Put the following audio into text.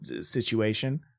situation